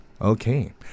Okay